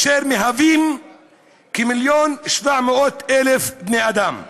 והם מהווים כ-1.7 מיליון בני אדם.